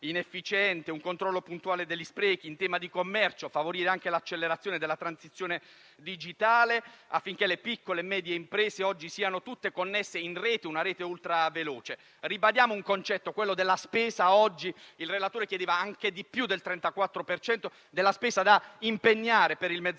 inefficiente e un controllo puntuale degli sprechi; in tema di commercio, favorire l'accelerazione della transizione digitale, affinché le piccole e medie imprese oggi siano tutte connesse in rete, una rete ultraveloce. Ribadiamo il concetto della spesa da impegnare - oggi il relatore chiedeva anche di più del 34 per cento - per il Mezzogiorno